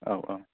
औ औ